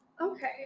okay